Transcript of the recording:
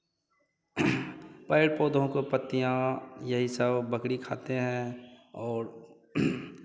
पैड़ पौधों के पत्तियाँ यही सब बकरी खाते हैं और